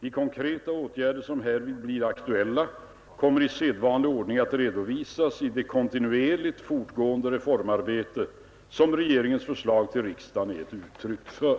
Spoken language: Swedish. De konkreta åtgärder som härvid blir aktuella kommer i sedvanlig ordning att redovisas i det kontinuerligt fortgående reformarbete som regeringens förslag till riksdagen är ett uttryck för.